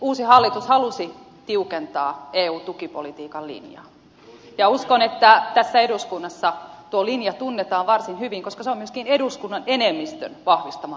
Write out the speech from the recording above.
uusi hallitus halusi tiukentaa eun tukipolitiikan linjaa ja uskon että tässä eduskunnassa tuo linja tunnetaan varsin hyvin koska se on myöskin eduskunnan enemmistön vahvistama linja